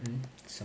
hmm